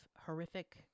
horrific